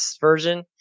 version